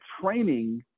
training